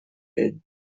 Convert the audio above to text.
ell